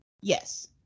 yes